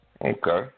Okay